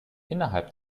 innerhalb